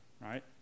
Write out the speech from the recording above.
right